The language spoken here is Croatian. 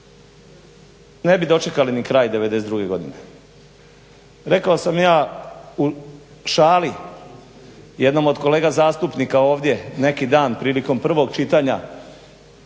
ne bi dočekali ni kraj '92. godine. Rekao sam ja u šali jednom od kolega zastupnika ovdje neki dan prilikom prvog čitanja,